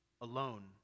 alone